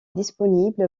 disponible